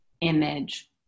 image